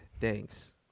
thanks